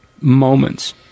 moments